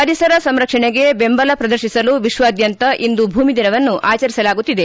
ಪರಿಸರ ಸಂರಕ್ಷಣೆಗೆ ಬೆಂಬಲ ಪ್ರದರ್ತಿಸಲು ವಿಶ್ವಾದ್ಯಂತ ಇಂದು ಭೂಮಿ ದಿನವನ್ನು ಆಚರಿಸಲಾಗುತ್ತಿದೆ